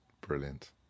Brilliant